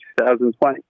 2020